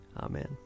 Amen